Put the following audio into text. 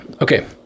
Okay